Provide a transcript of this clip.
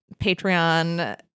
patreon